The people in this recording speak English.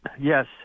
yes